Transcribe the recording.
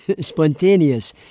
spontaneous